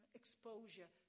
exposure